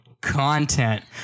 content